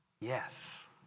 Yes